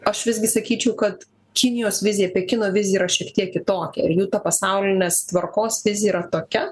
aš visgi sakyčiau kad kinijos vizija pekino vizija yra šiek tiek kitokia ir jų ta pasaulinės tvarkos vizija yra tokia